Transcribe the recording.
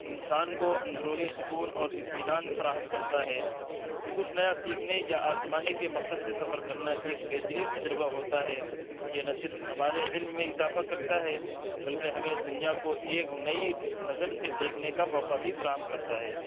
انسان کو اندرونی سکون اور اطمینان فراہم کرتا ہے کچھ نیا سیکھنے یا آزمانے کے مقصد سے سفر کرنا ایک بہترین تجربہ ہوتا ہے یہ نہ صرف ہمارے علم میں اضافہ کرتا ہے بلکہ ہمیں دنیا کو ایک نئی نظر سے دیکھنے کا موقع بھی فراہم کرتا ہے